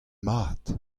mat